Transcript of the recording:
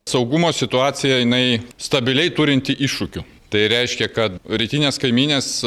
saugumo situacija jinai stabiliai turinti iššūkių tai reiškia kad rytinės kaimynės